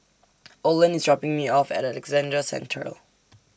Olen IS dropping Me off At Alexandra Central